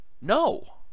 No